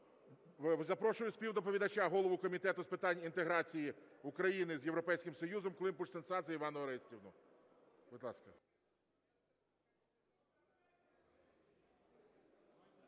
Запрошую співдоповідача – голову Комітету з питань інтеграції України з Європейським Союзом Климпуш-Цинцадзе Іванну Орестівну. Будь ласка.